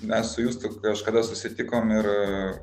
mes su justu kažkada susitikom ir